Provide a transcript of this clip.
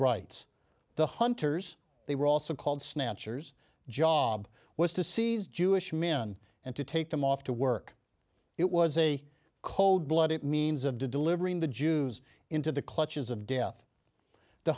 writes the hunters they were also called snatchers job was to seize jewish men and to take them off to work it was a cold blood it means of delivering the jews into the clutches of death the